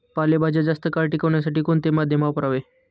पालेभाज्या जास्त काळ टिकवण्यासाठी कोणते माध्यम वापरावे?